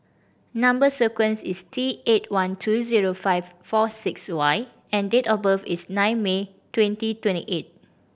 number sequence is T eight one two zero five four six Y and date of birth is nine May twenty twenty eight